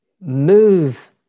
move